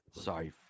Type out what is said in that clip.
Sorry